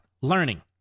learning